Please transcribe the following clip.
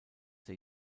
der